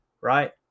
right